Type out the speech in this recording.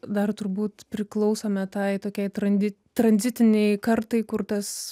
dar turbūt priklausome tai tokiai trandi tranzitiniai kartai kur tas